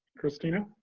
kristina